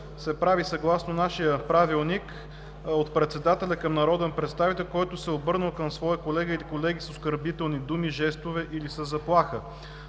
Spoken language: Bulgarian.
се прави съгласно нашия Правилник от Председателя към народен представител, който се е обърнал към свой колега или колеги с оскърбителни думи, жестове или със заплаха.